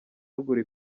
ruguru